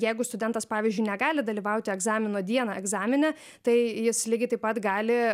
jeigu studentas pavyzdžiui negali dalyvauti egzamino dieną egzamine tai jis lygiai taip pat gali